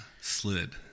slid